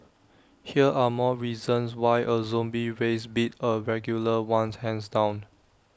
here are more reasons why A zombie race beat A regular ones hands down